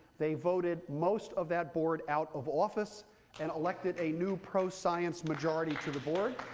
they voted most of that board out of office and elected a new pro-science majority to the board.